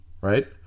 right